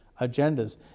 agendas